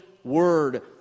Word